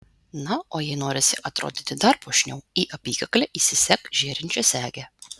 na o jei norisi atrodyti dar puošniau į apykaklę įsisek žėrinčią segę